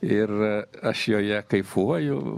ir aš joje kaifuoju